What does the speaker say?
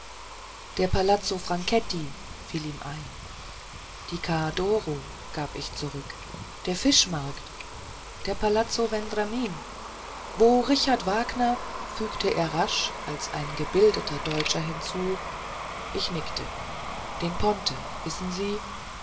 der palazzo franchetti fiel ihm ein die c doro gab ich zurück der fischmarkt der palazzo vendramin wo richard wagner fügte er rasch als ein gebildeter deutscher hinzu ich nickte den ponte wissen sie